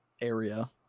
area